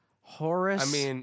Horace